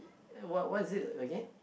what what is it again